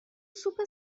سوپ